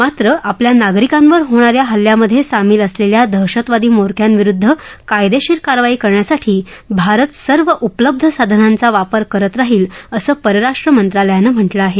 मात्र आपल्या नागरिकांवर होणाऱ्या हल्ल्यामधे सामील असलेल्या दहशतवादी म्होरक्यांविरुद्ध कायदेशीर कारवाई करण्यासाठी भारत सर्व उपलब्ध साधनांचा वापर करत राहील असं परराष्ट्र मंत्रालयानं म्हटलं आहे